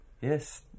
yes